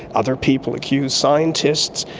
other people accuse scientists.